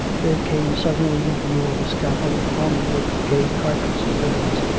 they came suddenly in view of a scaffold hung with gay carpets and ribbons,